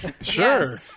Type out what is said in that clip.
Sure